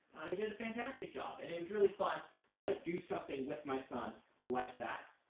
he did a fantastic job. and it was really fun to like do something with my son like that.